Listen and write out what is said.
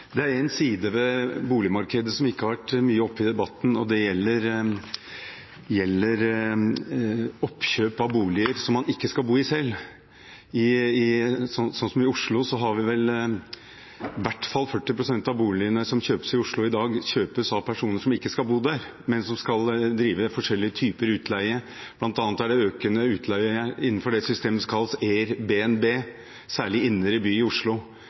Det er en side ved boligmarkedet som ikke har vært mye oppe i debatten, og det gjelder oppkjøp av boliger som man ikke skal bo i selv. I Oslo i dag er det slik at i hvert fall 40 pst. av boligene som kjøpes, kjøpes av personer som ikke skal bo der, men som skal drive forskjellige typer utleie. Blant annet er det økende utleie innenfor det systemet som kalles Airbnb, særlig i indre by i Oslo,